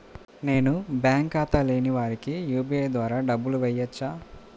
నేను బ్యాంక్ ఖాతా లేని వారికి యూ.పీ.ఐ ద్వారా డబ్బులు వేయచ్చా?